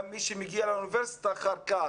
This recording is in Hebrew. גם מבחינת מי שמגיע לאוניברסיטה אחר כך,